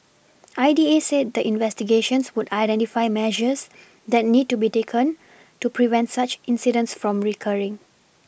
I D A said the investigations would identify measures that need to be taken to prevent such incidents from recurring